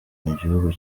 gihugu